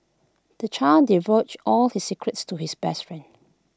the child divulged all his secrets to his best friend